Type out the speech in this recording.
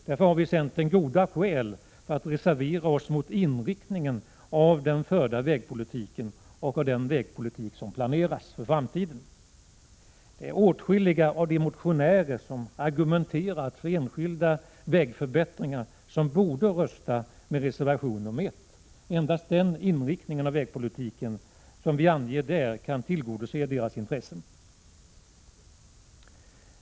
Därför har vi i centern goda skäl att reservera oss mot inriktningen av den förda vägpolitiken och av den vägpolitik som planeras för framtiden. Åtskilliga av de motionärer som har argumenterat för enskilda vägförbättringar borde rösta för reservation nr 1. Det är endast genom att rösta för den inriktning av vägpolitiken som där anges som motionärernas önskemål kan tillgodoses.